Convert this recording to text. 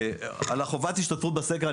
על חובת השתתפות בסקר,